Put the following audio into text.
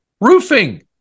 roofing